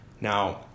Now